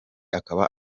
akaba